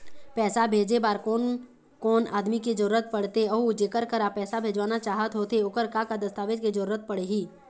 पैसा भेजे बार कोन कोन आदमी के जरूरत पड़ते अऊ जेकर करा पैसा भेजवाना चाहत होथे ओकर का का दस्तावेज के जरूरत पड़ही?